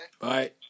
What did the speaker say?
Bye